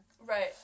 Right